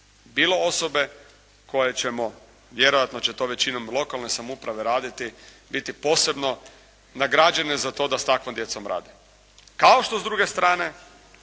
bilo osobe koje ćemo, vjerojatno će to većinom lokalne samouprave raditi, biti posebno nagrađene za to da s takvom djecom rade. Kao što s druge strane